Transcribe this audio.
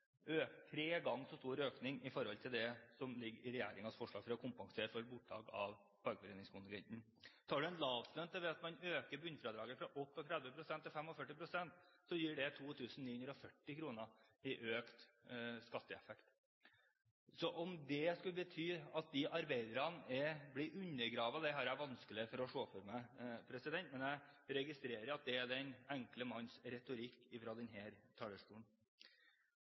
tre ganger så stor økning som det som ligger i regjeringens forslag for å kompensere for bortfall av fagforeningskontingenten. Tar man for seg en lavtlønnet og øker bunnfradraget fra 38 pst. til 45 pst, gir det 2 940 kr i økt skatteeffekt. Så at det skulle bety at disse arbeiderne blir undergravd, har jeg vanskelig for å se for meg. Men jeg registrerer at det er den enkle manns retorikk fra denne talerstolen.